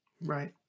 Right